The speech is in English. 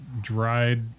dried